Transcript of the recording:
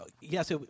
Yes